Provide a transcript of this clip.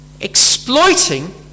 exploiting